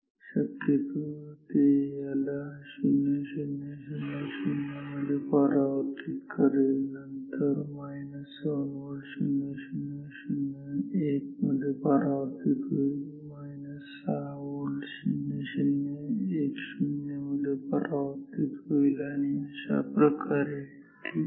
शक्यतो याला 0000 मध्ये परावर्तित करेल आणि नंतर 7 व्होल्ट 0001 मध्ये परावर्तित होईल 6 व्होल्ट 0010 मध्ये परावर्तित होईल आणि अशाप्रकारे ठीक आहे